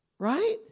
Right